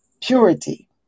purity